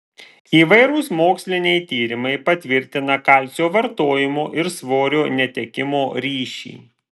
įvairūs moksliniai tyrimai patvirtina kalcio vartojimo ir svorio netekimo ryšį